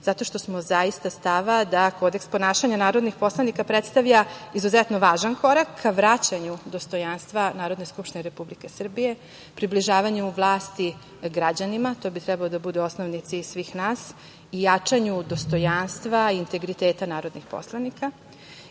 zato što smo zaista stava da kodeks ponašanja narodnih poslanika predstavlja izuzetno važan korak ka vraćanju dostojanstva Narodne skupštine Republike Srbije, približavanju vlasti građanima, to bi treba da bude osnovni cilj svih nas i jačanju dostojanstva i integriteta narodnih poslanika.I,